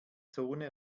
zone